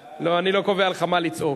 לא, אני לא קובע לך מה לצעוק.